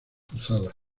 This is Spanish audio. cruzadas